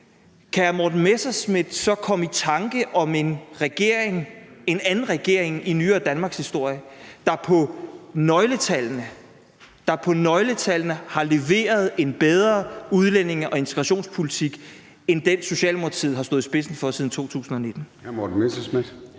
hr. Morten Messerschmidt så komme i tanke om en regering, en anden regering, i nyere danmarkshistorie, der på nøgletallene – på nøgletallene – har leveret en bedre udlændinge- og integrationspolitik end den, Socialdemokratiet har stået i spidsen for siden 2019?